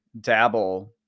dabble